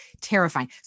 Terrifying